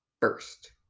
first